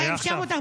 זה היה.